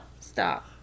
stop